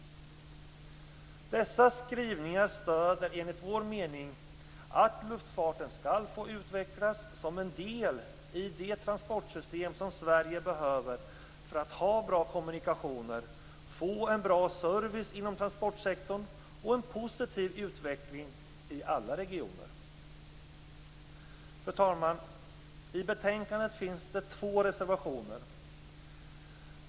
Dessa skrivningar stöder enligt vår mening att luftfarten skall få utvecklas som en del i det transportsystem som Sverige behöver för att ha bra kommunikationer, få en bra service inom transportsektorn och en positiv utveckling i alla regioner. Fru talman! I betänkandet finns det två reservationer.